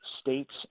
states